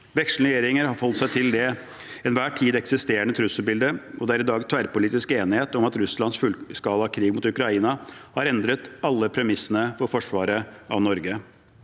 Vekslende regjeringer har forholdt seg til det til enhver tid eksisterende trusselbildet, og det er i dag tverrpolitisk enighet om at Russlands fullskala krig mot Ukraina har endret alle premissene for forsvaret av Norge.